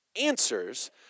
answers